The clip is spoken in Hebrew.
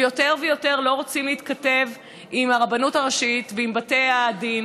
ויותר ויותר לא רוצים להתכתב עם הרבנות הראשית ועם בתי הדין.